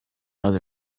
other